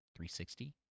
360